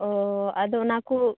ᱚᱻ ᱟᱫᱚ ᱚᱱᱟᱠᱚ